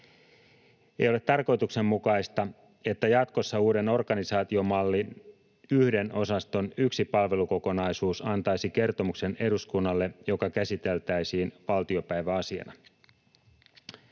Ei ole tarkoituksenmukaista, että jatkossa uuden organisaatiomallin yhden osaston yksi palvelukokonaisuus antaisi eduskunnalle kertomuksen, joka käsiteltäisiin valtiopäiväasiana.